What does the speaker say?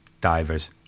divers